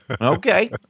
Okay